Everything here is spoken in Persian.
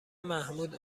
محمود